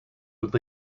would